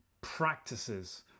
practices